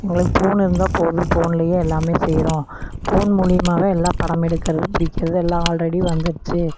எங்களுக்கு ஃபோன் இருந்தால் போதும் ஃபோன்லையே எல்லாமே செய்கிறோம் ஃபோன் மூலயமாவே எல்லாம் படம் எடுக்கிறது பிடிக்கிறது எல்லாம் ஆல்ரெடி வந்துடுச்சு